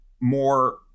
more